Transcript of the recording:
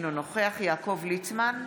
אינו נוכח יעקב ליצמן,